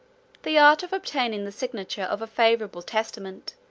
the art of obtaining the signature of a favorable testament,